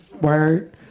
Word